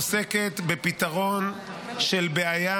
עוסקת בפתרון של בעיה,